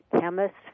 chemists